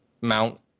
mount